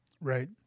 Right